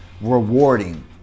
rewarding